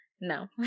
No